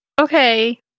Okay